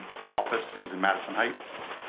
our office is in madison heights.